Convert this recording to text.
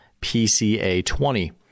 PCA20